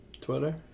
Twitter